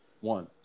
One